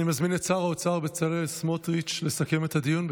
אני מזמין את שר האוצר בצלאל סמוטריץ' לסכם את הדיון.